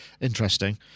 interesting